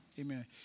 Amen